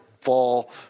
fall